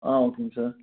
ஆ ஓகேங்க சார்